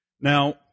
Now